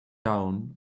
down